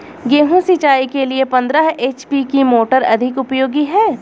गेहूँ सिंचाई के लिए पंद्रह एच.पी की मोटर अधिक उपयोगी है?